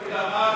לפיד אמר,